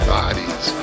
bodies